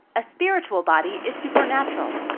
a spiritual body is supernatural.